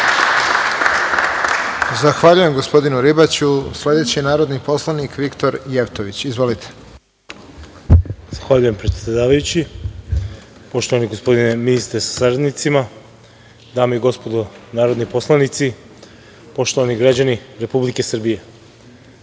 Zahvaljujem gospodinu Ribaću. Sledeći je narodni poslanik Viktor Jevtović. Izvolite. **Viktor Jevtović** Zahvaljujem, predsedavajući. Poštovani gospodine ministre sa saradnicima, dame i gospodo narodni poslanici, poštovani građani Republike Srbije,